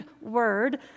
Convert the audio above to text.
word